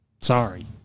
sorry